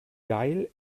geil